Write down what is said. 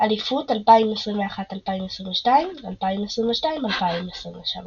אליפות 2021/2022, 2022/2023